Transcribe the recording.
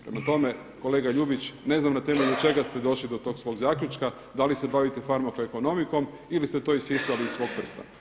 Prema tome, kolega Ljubić ne znam na temelju čega ste došli do tog svog zaključka, da li se bavite farmakoekonomikom ili ste to isisali iz svog prsta.